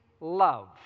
love